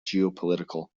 geopolitical